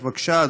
בבקשה,